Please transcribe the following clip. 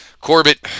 corbett